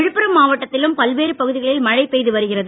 விழுப்புரம் மாவட்டத்திலும் பல்வேறு பகுதிகளில் மழை பெய்து வருகிறது